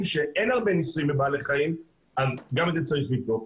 שאין הרבה ניסויים בבעלי חיים אז גם את זה צריך לבדוק.